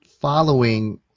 following